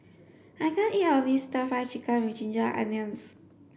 I can't eat of this stir fry chicken with ginger onions